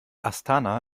astana